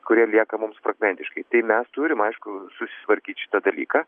kurie lieka mums fragmentiškai tai mes turim aišku susitvarkyt šitą dalyką